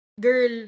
Girl